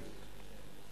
ילדים.